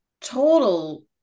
total